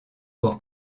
pour